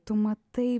tu matai